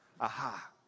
aha